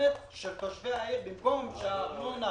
השמנת של תושבי העיר ובמקום שהארנונה